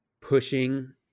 pushing